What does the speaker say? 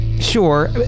Sure